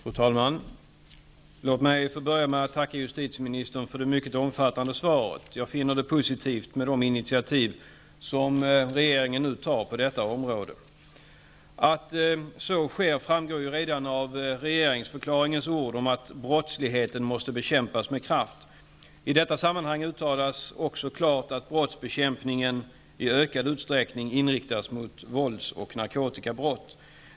Fru talman! Låt mig börja få börja med att tacka justitieministern för det mycket omfattande svaret. Jag finner det positivt med de initiativ som regeringen nu tar på detta område. Att så skall ske framgick redan av regeringsförklaringens ord om att brottsligheten måste bekämpas med kraft. I detta sammanhang uttalas också klart att brottsbekämpningen i ökad utsträckning inriktas mot vålds och narkotikabrott.